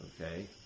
Okay